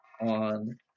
on